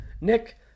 Nick